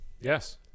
Yes